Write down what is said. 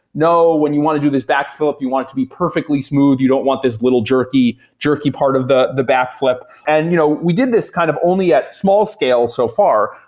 no, when you want to do this backfill you want it to be perfectly smooth. you don't want this little jerky jerky part of the the backflip. and you know we did this kind of only at small-scale so far,